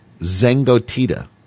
Zengotita